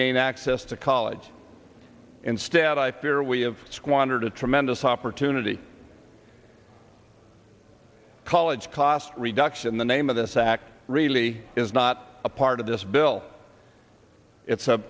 gain access to college instead i fear we have squandered a tremendous opportunity college cost reduction the name of this act really is not a part of this bill it's a